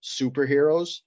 superheroes